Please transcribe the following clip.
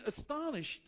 astonished